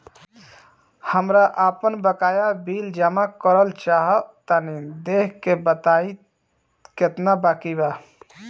हमरा आपन बाकया बिल जमा करल चाह तनि देखऽ के बा ताई केतना बाकि बा?